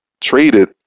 traded